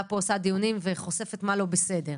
פה עושה דיונים וחושפת מה לא בסדר,